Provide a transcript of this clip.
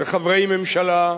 וחברי הממשלה,